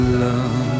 love